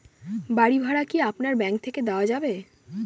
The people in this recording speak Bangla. বাড়ী ভাড়া কি আপনার ব্যাঙ্ক থেকে দেওয়া যাবে?